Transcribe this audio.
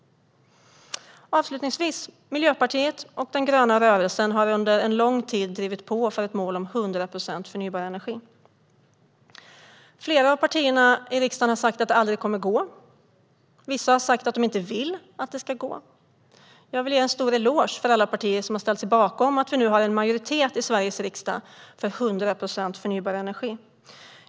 Avslutningsvis: Miljöpartiet och den gröna rörelsen har under lång tid drivit på för ett mål om 100 procent förnybar energi. Flera av partierna i riksdagen har sagt att det aldrig kommer att gå, vissa har sagt att de inte vill att det ska gå. Jag vill ge en stor eloge till alla partier som har ställt sig bakom målet så att vi nu har en majoritet i Sveriges riksdag för 100 procent förnybar energi.